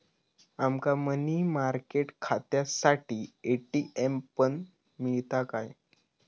आमका money market खात्यासाठी ATM पण मिळता काय?